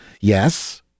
yes